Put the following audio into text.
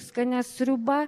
skania sriuba